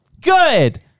Good